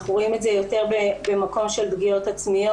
אנחנו רואים את זה יותר במקום של פגיעות עצמאיות,